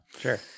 Sure